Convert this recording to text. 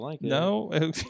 No